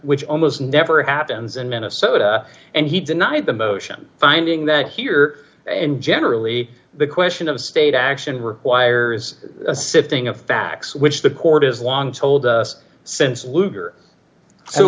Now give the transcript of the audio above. which almost never happens in minnesota and he denied the motion finding that here and generally the question of state action requires a sifting of facts which the court has long told us since lugar